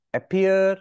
appear